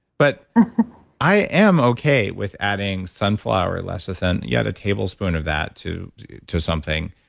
but i am okay with adding sunflower lecithin. you got a tablespoon of that to to something.